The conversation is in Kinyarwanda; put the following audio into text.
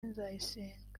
nzayisenga